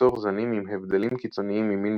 ליצור זנים עם הבדלים קיצוניים ממין